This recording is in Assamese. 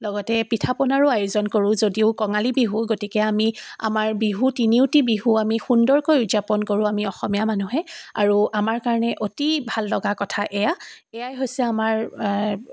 লগতে পিঠাপনাৰো আয়োজন কৰোঁ যদিও কঙালী বিহু গতিকে আমি আমাৰ বিহু তিনিওটি বিহু আমি সুন্দৰকৈ উদযাপন কৰোঁ আমি অসমীয়া মানুহে আৰু আমাৰ কাৰণে অতি ভাল লগা কথা এইয়া এইয়াই হৈছে আমাৰ